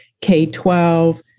K-12